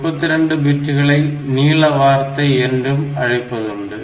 32 பிட்டுகளை நீள வார்த்தை என்றழைப்பதுண்டு